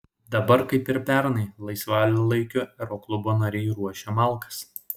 dabar kaip ir pernai laisvalaikiu aeroklubo nariai ruošia malkas